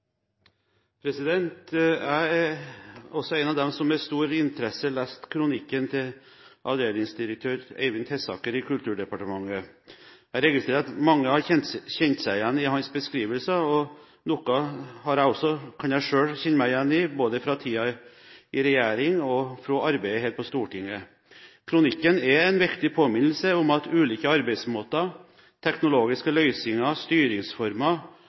også en av dem som med stor interesse leste kronikken til avdelingsdirektør Eivind Tesaker i Kulturdepartementet. Jeg registrerer at mange har kjent seg igjen i hans beskrivelser, og noe kan jeg også selv kjenne meg igjen i, både fra tiden i regjering og fra arbeidet her på Stortinget. Kronikken er en viktig påminnelse om at ulike arbeidsmåter, teknologiske løsninger, styringsformer,